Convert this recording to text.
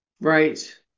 right